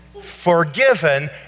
forgiven